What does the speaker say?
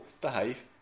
behave